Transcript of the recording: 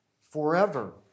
forever